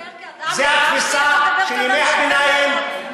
אתה מדבר כאדם הייררכי או שאתה מדבר,